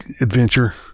adventure